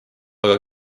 aga